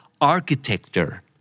architecture